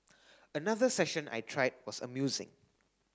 another session I tried was amusing